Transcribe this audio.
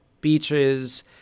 beaches